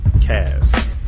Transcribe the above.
Cast